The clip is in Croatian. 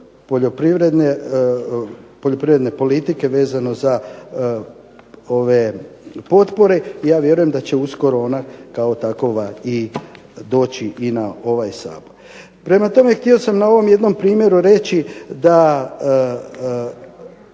poljoprivredne politike vezano za potpore. Ja vjerujem da će uskoro ona kao takova doći i na ovaj Sabor. Prema tome, htio sam na ovom jednom primjeru reći da